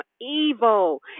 evil